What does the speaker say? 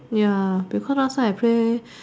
ya because last time I play